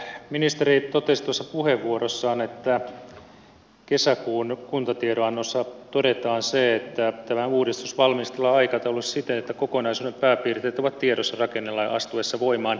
ministeri totesi tuossa puheenvuorossaan että kesäkuun kuntatiedonannossa todetaan se että tämä uudistus valmistellaan aikataulullisesti siten että kokonaisuuden pääpiirteet ovat tiedossa rakennelain astuessa voimaan